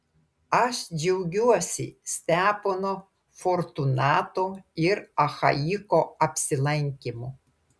aš džiaugiuosi stepono fortunato ir achaiko apsilankymu